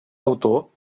autor